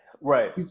Right